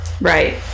Right